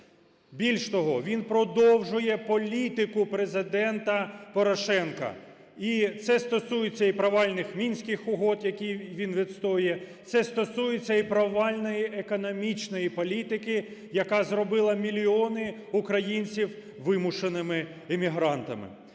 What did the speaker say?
Більш того, він продовжує політику президента Порошенка. І це стосується і провальних Мінських угод, які від відстоює, це стосується і провальної економічної політики, яка зробила мільйони українців вимушеними емігрантами.